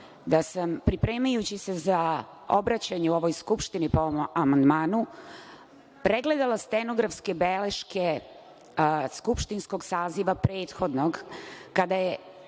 da sam, pripremajući se za obraćanje u ovoj Skupštini po ovom amandmanu, pregledala stenografske beleške prethodnog skupštinskog saziva, kada je